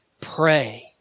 pray